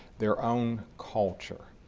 their own culture,